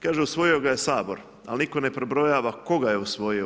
Kaže usvojio ga je Sabor ali nitko ne prebrojava tko ga je usvojio.